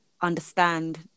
understand